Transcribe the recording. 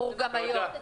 ברור, גם היום.